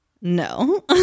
no